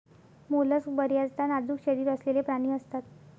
mollusc बर्याचदा नाजूक शरीर असलेले प्राणी असतात